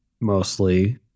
mostly